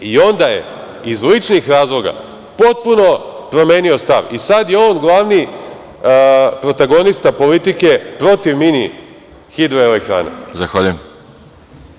Onda je iz ličnih razloga potpuno promenio stav i sada je on glavni protagonista politike protiv mini hidroelektrana.